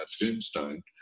tombstone